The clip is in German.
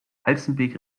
halstenbek